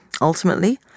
Ultimately